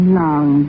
long